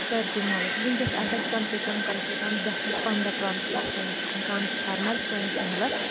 سارسٕے محَلَس وٕنکیٚس آسَن کَم سے کَم کم سے کم دَہ پؠٹھ پَنٛداہ ٹرانسفر ٹرانسفارمر سٲنِس محَلَس